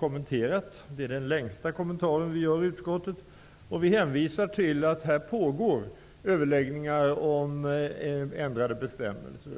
Den motionen får den längsta kommentaren av utskottet. Vi hänvisar till att det pågår överläggningar om ändrade bestämmelser.